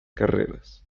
carreras